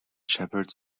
shepherds